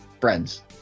friends